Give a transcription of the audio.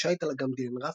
שיט על אגם דילן,